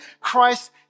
Christ